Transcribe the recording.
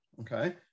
Okay